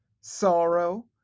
sorrow